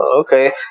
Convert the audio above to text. okay